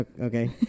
Okay